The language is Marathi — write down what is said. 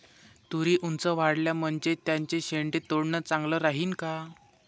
तुरी ऊंच वाढल्या म्हनजे त्याचे शेंडे तोडनं चांगलं राहीन का?